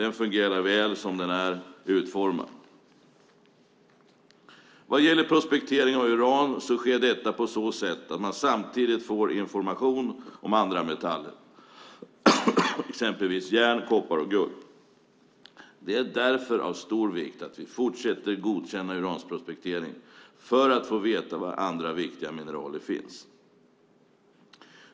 Den fungerar väl som den är utformad. Vad gäller prospektering av uran sker detta på så sätt att man samtidigt får information om andra metaller, exempelvis järn, koppar och guld. Det är därför av stor vikt att vi fortsätter att godkänna uranprospektering för att få veta var andra viktiga mineraler finns.